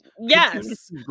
Yes